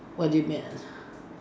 what do you mean